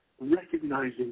recognizing